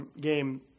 game